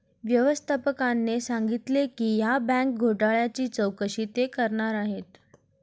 व्यवस्थापकाने सांगितले की या बँक घोटाळ्याची चौकशी ते करणार आहेत